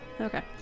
Okay